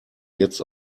jetzt